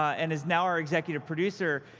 and is now our executive producer,